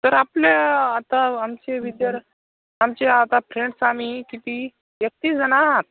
तर आपल्या आता आमचे आमचे आता फ्रेंड्स आम्ही किती एकतीस जणं आहात